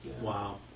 Wow